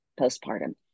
postpartum